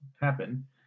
happen